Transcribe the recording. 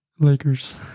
Lakers